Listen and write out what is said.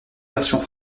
versions